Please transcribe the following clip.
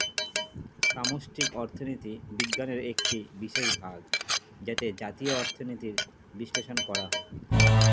সামষ্টিক অর্থনীতি বিজ্ঞানের বিশিষ্ট একটি ভাগ যাতে জাতীয় অর্থনীতির বিশ্লেষণ করা হয়